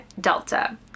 Delta